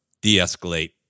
De-escalate